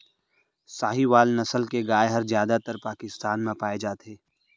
साहीवाल नसल के गाय हर जादातर पाकिस्तान म पाए जाथे